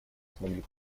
смогли